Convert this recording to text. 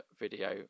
video